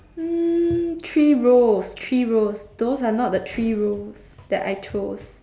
mm three roles three roles those are not the three roles that I chose